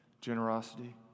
generosity